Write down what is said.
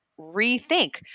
rethink